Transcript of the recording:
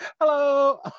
Hello